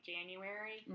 January